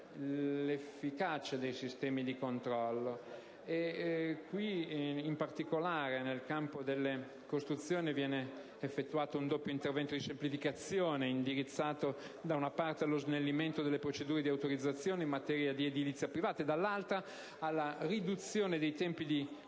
l'efficacia dei sistemi di controllo. Nel campo delle costruzioni, in particolare, viene effettuato un doppio intervento di semplificazione indirizzato, da una parte, allo snellimento delle procedure di autorizzazione in materia di edilizia privato e, dall'altra, alla riduzione dei tempi di